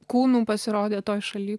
kūnu pasirodė toj šaly